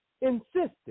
insisted